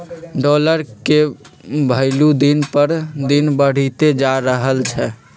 dollar के भइलु दिन पर दिन बढ़इते जा रहलई ह